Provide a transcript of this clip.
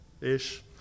ish